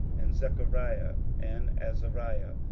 and zechariah, and azariah,